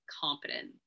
competent